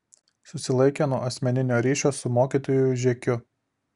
susilaikė nuo asmeninio ryšio su mokytoju žekiu